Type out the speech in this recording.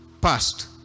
passed